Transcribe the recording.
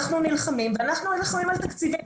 אנחנו נלחמים על תקציבים.